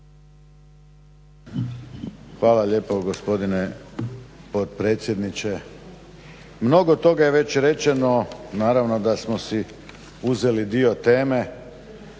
Hvala lijepo gospodine potpredsjedniče. Mnogo toga je već rečeno, naravno da smo si uzeli dio teme.